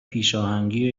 پیشاهنگی